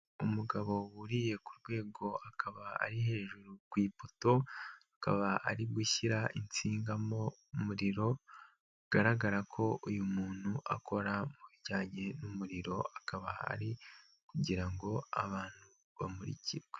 Umugabo wuriye ku rwego akaba ari hejuru ku ipoto, akaba ari gushyira insinga mo muririro ugaragara ko uyu muntu akora mu bijyanye n'umuriro, akaba ari kugira ngo abantu bamurikirwe.